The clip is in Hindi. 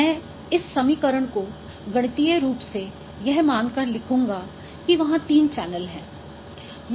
मैं इस समीकरण को गणितीय रूप से यह मान कर लिखूंगा कि वहाँ तीन चैनल हैं